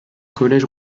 collège